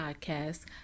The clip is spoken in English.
podcast